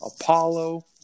Apollo